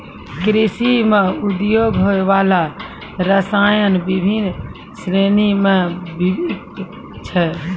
कृषि म उपयोग होय वाला रसायन बिभिन्न श्रेणी म विभक्त छै